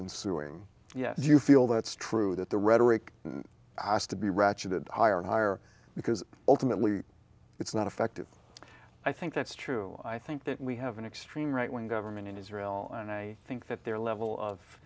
in suing yes do you feel that's true that the rhetoric has to be ratcheted higher higher because ultimately it's not effective i think that's true i think that we have an extreme right wing government in israel and i think that their level of